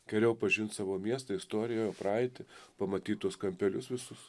geriau pažint savo miestą istoriją jo praeitį pamatyt tuos kampelius visus